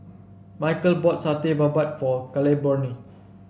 Michal bought Satay Babat for Claiborne